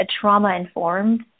trauma-informed